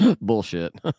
bullshit